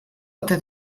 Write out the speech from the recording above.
ote